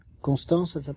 Constance